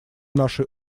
нашей